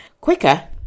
quicker